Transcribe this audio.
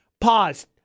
pause